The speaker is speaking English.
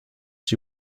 she